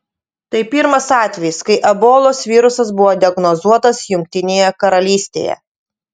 tai pirmas atvejis kai ebolos virusas buvo diagnozuotas jungtinėje karalystėje